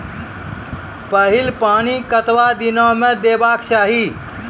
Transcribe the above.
पहिल पानि कतबा दिनो म देबाक चाही?